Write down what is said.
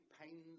pains